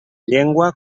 llengua